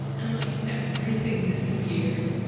and like everything disappeared.